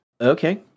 Okay